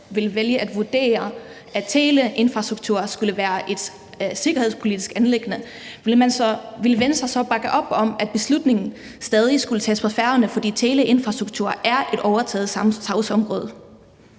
ville vælge at vurdere, at teleinfrastruktur var et sikkerhedspolitisk anliggende, ville Venstre så bakke op om, at beslutningen stadig skulle tages af Færøerne, fordi teleinfrastruktur er et overtaget sagsområde?